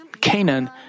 Canaan